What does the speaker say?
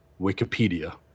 Wikipedia